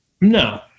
No